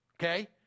okay